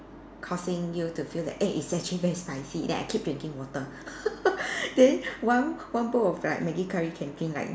causing you to feel that eh it's actually very spicy then I keep drinking water then one one bowl of like Maggi curry can drink like